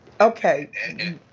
Okay